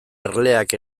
erleak